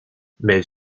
mais